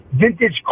vintage